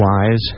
wise